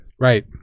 right